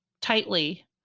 tightly